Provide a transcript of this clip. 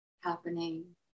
happening